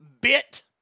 bit